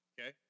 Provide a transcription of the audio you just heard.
Okay